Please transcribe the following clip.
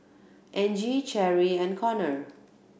Angie Cherri and Conner